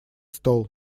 стол